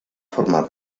formar